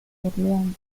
orleans